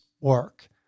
work